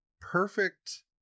perfect